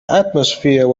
atmosphere